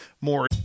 more –